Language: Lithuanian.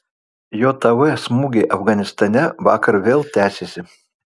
jav smūgiai afganistane vakar vėl tęsėsi